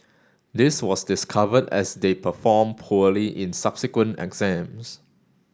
this was discovered as they performed poorly in subsequent exams